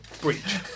breach